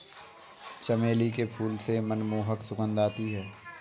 चमेली के फूल से मनमोहक सुगंध आती है